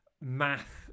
math